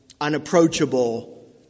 unapproachable